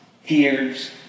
hears